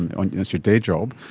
and and that's your day job,